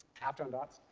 half-tone dots,